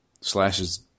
slashes